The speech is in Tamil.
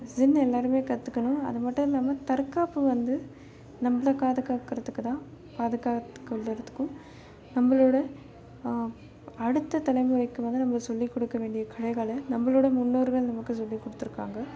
ஜின் எல்லோருமே கற்றுக்கணும் அது மட்டும் இல்லாமல் தற்காப்பு வந்து நம்மள பாதுகாக்கிறதுக்குதான் பாதுகாத்துக்கொள்கிறதுக்கும் நம்மளோட அடுத்த தலைமுறைக்கு வந்து நம்ம சொல்லி கொடுக்க வேண்டிய கலைகளை நம்மளோட முன்னோர்கள் நமக்கு சொல்லி கொடுத்துருக்காங்க